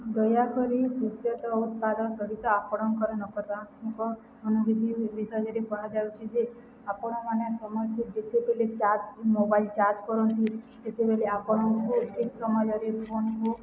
ଦୟାକରି ଉଚତ ଉତ୍ପାଦ ସହିତ ଆପଣଙ୍କର ନକରାତ୍ମକ ମୁଭତି ବିଷୟରେ ପଢ଼ାଯାଉଛି ଯେ ଆପଣମାନେ ସମସ୍ତେ ଯେତେବେଲେ ମୋବାଇଲ୍ ଚାର୍ଜ କରନ୍ତି ସେତେବେଲେ ଆପଣଙ୍କୁ ଠିକ୍ ସମୟରେ ଫୋନ୍କୁ